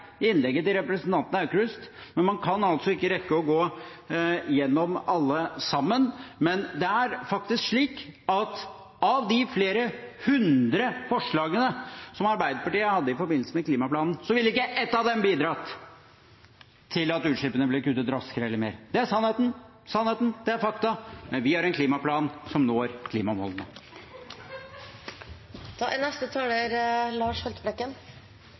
innlegget til representanten Aukrust, og man kan ikke rekke å gå gjennom alle sammen, men det er faktisk slik at av de flere hundre forslagene som Arbeiderpartiet hadde i forbindelse med klimaplanen, ville ikke ett av dem bidratt til at utslippene ble kuttet raskere eller mer. Det er sannheten. Det er fakta. Men vi har en klimaplan som når klimamålene. Representanten Lars Haltbrekken